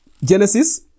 Genesis